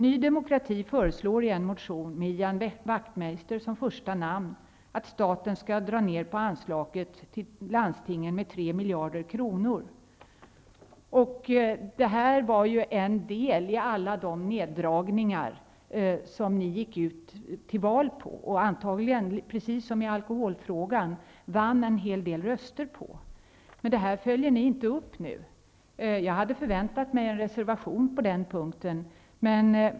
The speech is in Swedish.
Ny demokrati föreslår i en motion med Ian Wachtmeister som första namn att staten skall dra ned på anslaget till landstinget med 3 miljarder kronor. Det här var ett av förslagen till alla de neddragningar som Ny demokrati gick ut till val på och antagligen, precis som i alkoholfrågan, vann en del röster på. Men det följer ni inte upp nu. Jag hade förväntat mig en reservation på denna punkt.